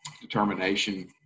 determination